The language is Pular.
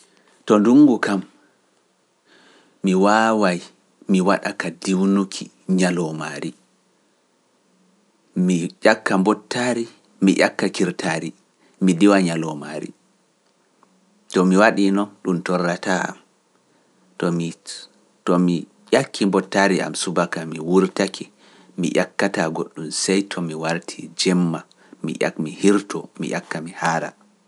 To ndungu kam, mi waaway mi waɗa ka diwnuki ñaloomaari, mi ƴakka mbottaari, mi ƴakka kirtaari, mi diwa ñaloomaari. To mi waɗino ɗum torrataa am, to mi ƴakki mbottaari am subaka mi wurtake, mi ƴakkataa goɗɗum sey to mi wartii jemma, mi ƴakmi hirtoo, mi ƴakka mi haara.